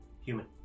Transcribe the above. Human